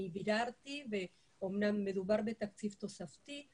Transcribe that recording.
אני ביררתי ואמנם מדובר בתקציב תוספתי,